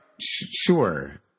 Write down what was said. Sure